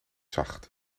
zacht